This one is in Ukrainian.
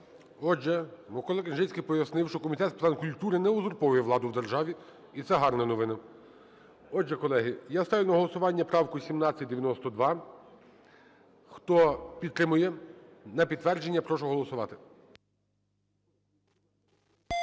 Отже, Микола Княжицький пояснив, що Комітет з питань культури не узурповує владу в державі і це гарна новина. Отже, колеги, я ставлю на голосування правку 1792. Хто підтримує на підтвердження, я прошу голосувати.